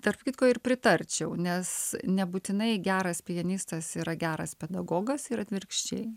tarp kitko ir pritarčiau nes nebūtinai geras pianistas yra geras pedagogas ir atvirkščiai